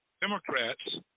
democrats